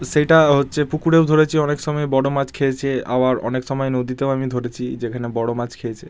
সেটা হচ্ছে পুকুরেও ধরেছি অনেক সময় বড়ো মাছ খেয়েছে আবার অনেক সময় নদীতেও আমি ধরেছি যেখানে বড়ো মাছ খেয়েছে